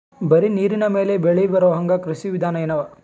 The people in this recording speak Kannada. ಬರೀ ನೀರಿನ ಮೇಲೆ ಬೆಳಿ ಬರೊಹಂಗ ಕೃಷಿ ವಿಧಾನ ಎನವ?